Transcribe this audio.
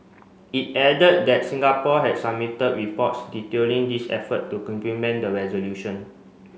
it added that Singapore had submitted reports detailing this effort to implement the resolution